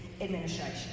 Administration